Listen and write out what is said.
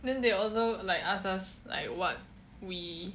then they also like ask us like what we